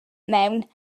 mewn